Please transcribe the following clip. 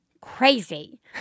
crazy